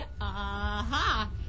Aha